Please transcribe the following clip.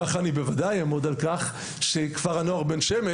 ככה אני בוודאי אעמוד על כך שכפר הנוער בן שמן